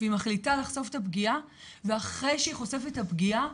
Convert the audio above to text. והיא מחליטה לחשוף את הפגיעה ואחרי שהיא חושפת את הפגיעה,